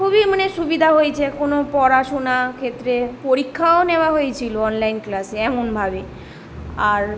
খুবই মানে সুবিধা হয়েছে কোনো পড়াশোনা ক্ষেত্রে পরীক্ষাও নেওয়া হয়েছিলো অনলাইন ক্লাসে এমনভাবে আর